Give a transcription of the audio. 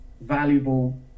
valuable